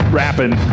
rapping